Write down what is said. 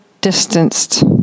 distanced